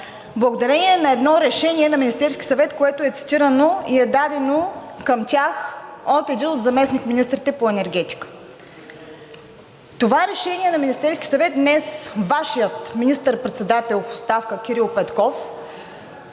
благодарение на едно решение на Министерския съвет, което е цитирано и е дадено към тях от един от заместник-министрите по енергетика. Това решение на Министерския съвет днес Вашият министър-председател в оставка Кирил Петков